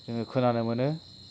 जोङो खोनानो मोनो